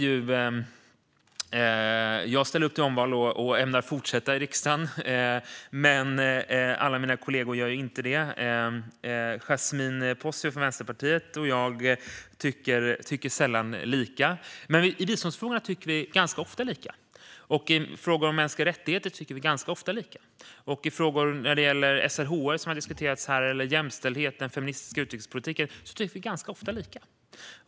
Jag ställer upp för omval och ämnar fortsätta i riksdagen, men alla mina kollegor gör inte det. Yasmine Posio från Vänsterpartiet och jag tycker sällan lika. Men i biståndsfrågor tycker vi ganska ofta lika, i frågor om mänskliga rättigheter tycker vi ganska ofta lika och i frågor om SRHR, jämställdhet och den feministiska utrikespolitiken tycker vi ganska ofta lika.